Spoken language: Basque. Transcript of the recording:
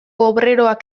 obreroak